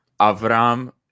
Avram